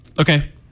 Okay